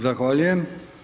Zahvaljujem.